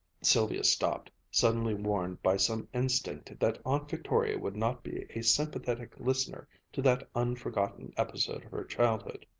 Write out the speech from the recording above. sylvia stopped, suddenly warned by some instinct that aunt victoria would not be a sympathetic listener to that unforgotten episode of her childhood,